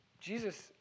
Jesus